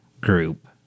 group